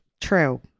True